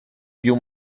più